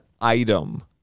item